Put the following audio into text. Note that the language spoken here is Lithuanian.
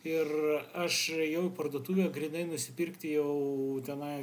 ir aš ėjau į parduotuvę grynai nusipirkti jau tenai